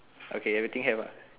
okay everything have uh